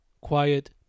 quiet